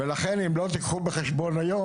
ולכן, אם לא תיקחו בחשבון את כל הדברים